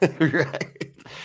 right